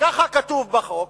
ככה כתוב בחוק,